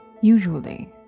usually